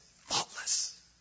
faultless